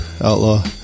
outlaw